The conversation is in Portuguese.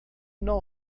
não